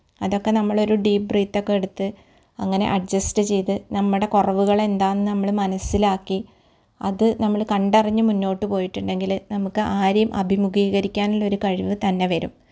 അതൊക്കെ നമ്മളൊരു deep breath ഒക്കെ എടുത്ത് അങ്ങനെ അഡ്ജസ്റ്റ് ചെയ്ത് നമ്മുടെ കുറവുകളെന്താണെന്ന് നമ്മൾ മനസ്സിലാക്കി അത് നമ്മൾ കണ്ടറിഞ്ഞ് മുന്നോട്ട് പോയിട്ടുണ്ടെങ്കിൽ നമുക്ക് ആരെയും അഭിമുഖീകരിക്കാനുള്ളൊരു കഴിവ് തന്നെ വരും